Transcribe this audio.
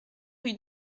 rue